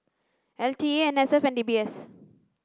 l T A N S F and D B S